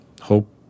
hope